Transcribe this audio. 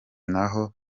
naho